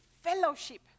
fellowship